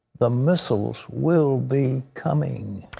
the missiles will be coming.